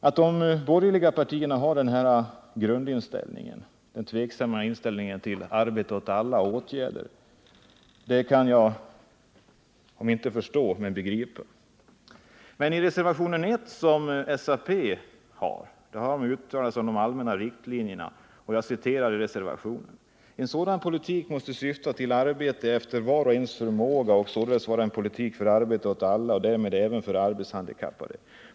Att de borgerliga partierna har denna grundinställning, tveksamhet inför inställningen arbete åt alla och åtgärder i denna riktning, det kan jag om inte förstå, så dock begripa. Meni SAP:s reservation om de allmänna riktlinjerna finns några rader som jag måste citera: ”En sådan politik måste syfta till arbete efter vars och ens förmåga och således vara en politik för arbete åt alla och därmed även för arbetshandikappade.